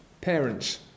parents